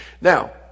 Now